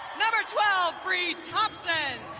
number twelve, bree thompson.